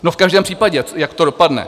V každém případě, jak to dopadne?